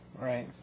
right